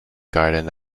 garden